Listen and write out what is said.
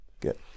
Good